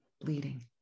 bleeding